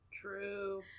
True